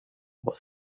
what